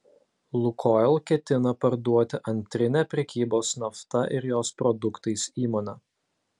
lukoil ketina parduoti antrinę prekybos nafta ir jos produktais įmonę